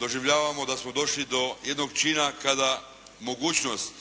doživljavamo da smo došli do jednog čina kada mogućnost